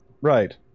Right